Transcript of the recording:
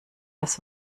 das